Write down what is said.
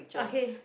okay